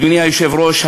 אדוני היושב-ראש,